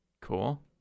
Cool